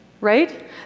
right